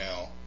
now